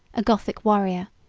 a gothic warrior,